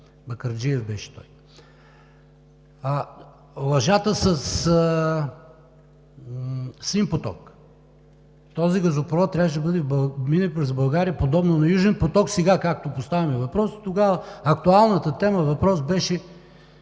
Бакърджиев беше. Лъжата със „Син поток“. Този газопровод трябваше да мине през България подобно на „Южен поток“. Сега, както поставяме въпрос, тогава актуалният въпрос беше